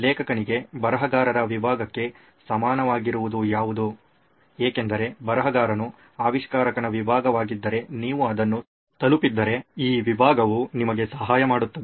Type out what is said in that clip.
ಲೇಖಕನಿಗೆ ಬರಹಗಾರರ ವಿಭಾಗಕ್ಕೆ ಸಮನಾಗಿರುವುದು ಯಾವುದು ಏಕೆಂದರೆ ಬರಹಗಾರನು ಆವಿಷ್ಕಾರಕನ ವಿಭಾಗವಾಗಿದ್ದರೆ ನೀವು ಅದನ್ನು ತಲುಪಿದ್ದರೆ ಈ ವಿಧಾನವು ನಿಮಗೆ ಸಹಾಯ ಮಾಡುತ್ತದೆ